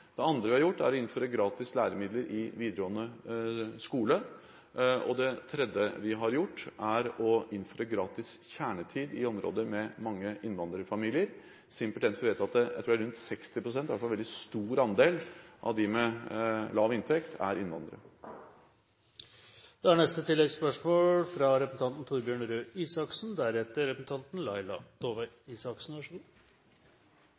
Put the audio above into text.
Det andre vi har gjort, er å innføre gratis læremidler i videregående skole. Det tredje vi har gjort, er å innføre gratis kjernetid i områder med mange innvandrerfamilier, simpelthen fordi vi vet at – jeg tror det er rundt 60 pst. – i hvert fall en veldig stor andel av de med lav inntekt er innvandrere.